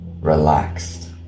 relaxed